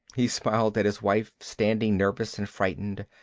he smiled at his wife, standing nervous and frightened,